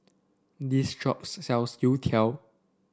this shops sells Youtiao